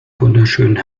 wunderschönen